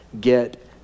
get